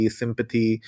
sympathy